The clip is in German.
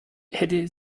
hätte